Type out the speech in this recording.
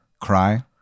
cry